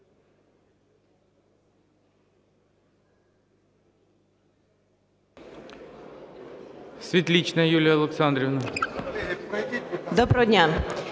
Доброго дня!